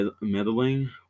meddling